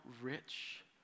rich